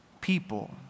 people